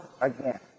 again